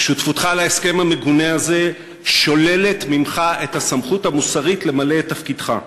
שותפותך להסכם המגונה הזה שוללת ממך את הסמכות המוסרית למלא את תפקידך.